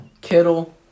Kittle